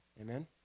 amen